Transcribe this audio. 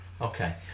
Okay